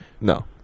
No